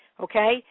okay